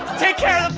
take care